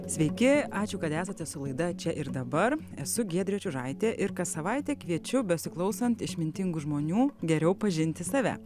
sveiki ačiū kad esate su laida čia ir dabar esu giedrė čiužaitė ir kas savaitę kviečiu besiklausant išmintingų žmonių geriau pažinti save